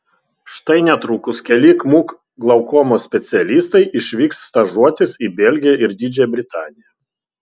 štai netrukus keli kmuk glaukomos specialistai išvyks stažuotis į belgiją ir didžiąją britaniją